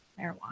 marijuana